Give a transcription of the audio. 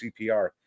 CPR